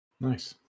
nice